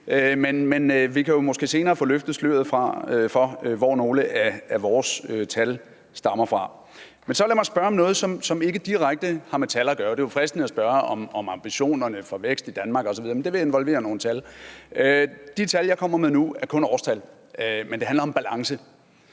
men vi kan måske senere få løftet sløret for, hvor nogle af vores tal stammer fra. Men så lad mig spørge om noget, som ikke direkte har med tal at gøre. Det er jo fristende at spørge om ambitionerne for vækst i Danmark osv., men det vil involvere nogle tal. De tal, jeg kommer med nu, er kun årstal, men det handler om balance: